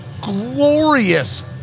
glorious